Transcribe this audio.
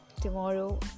tomorrow